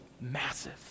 massive